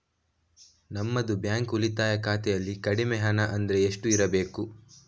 ನಮ್ಮದು ಬ್ಯಾಂಕ್ ಉಳಿತಾಯ ಖಾತೆಯಲ್ಲಿ ಕಡಿಮೆ ಹಣ ಅಂದ್ರೆ ಎಷ್ಟು ಇರಬೇಕು?